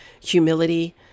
humility